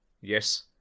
Yes